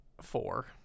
four